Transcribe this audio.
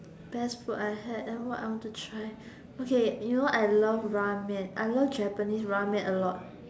best food I had and what I want to try okay you know I love ramen I love Japanese ramen a lot